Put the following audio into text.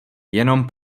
jenom